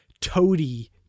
toady